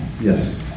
Yes